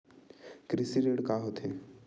कृषि ऋण का होथे?